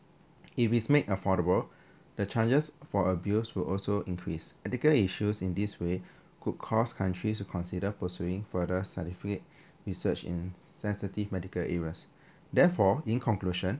if it's made affordable the changes for abuse will also increase ethical issues in this way could cause countries to consider pursuing further certificate research in sensitive medical areas therefore in conclusion